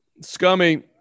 Scummy